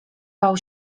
bał